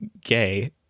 gay